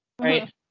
right